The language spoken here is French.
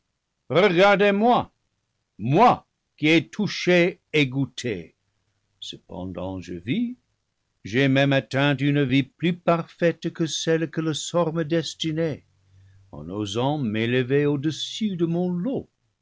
regardez-moi moi qui ai touché et goûté cependant je vis j'ai même atteint une vie plus parfaite que celle que le sort me destinait en osant m'é lever au-dessus de mon lot